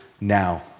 now